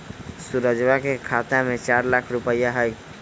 सुरजवा के खाता में चार लाख रुपइया हई